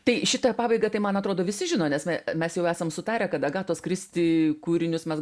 tai šitą pabaigą tai man atrodo visi žino nes mes jau esam sutarę kad agatos kristi kūrinius mes